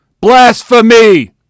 Blasphemy